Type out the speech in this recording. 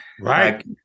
Right